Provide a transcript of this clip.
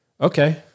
okay